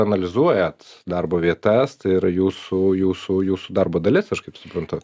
analizuojat darbo vietas tai yra jūsų jūsų jūsų darbo dalis aš kaip suprantu